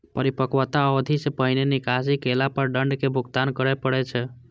परिपक्वता अवधि सं पहिने निकासी केला पर दंड के भुगतान करय पड़ै छै